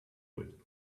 wood